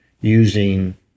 using